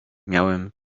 miałem